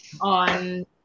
on